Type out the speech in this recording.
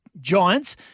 Giants